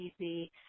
easy